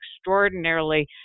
extraordinarily